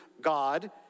God